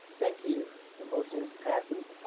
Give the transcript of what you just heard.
thank you, the motion passes,